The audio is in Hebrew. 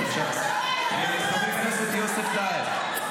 חבר הכנסת יוסף טייב.